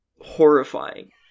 horrifying